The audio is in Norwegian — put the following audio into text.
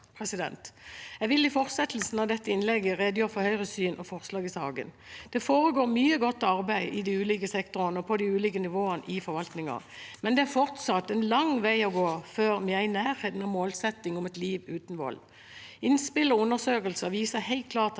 Jeg vil i fortsettelsen av dette innlegget redegjøre for Høyres syn og forslag i saken. Det foregår mye godt arbeid i de ulike sektorene og på de ulike nivåene i forvaltningen, men det er fortsatt en lang vei å gå før vi er i nærheten av målsettingen om et liv uten vold. Innspill og undersøkelser viser helt klart at